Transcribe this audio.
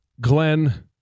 Glenn